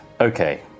Okay